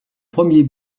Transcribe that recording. premier